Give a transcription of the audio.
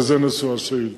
שהיא מושא השאילתא.